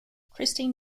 christine